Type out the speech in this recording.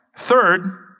third